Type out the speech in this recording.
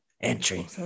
entry